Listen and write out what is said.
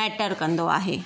matter कंदो आहे